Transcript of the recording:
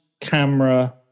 camera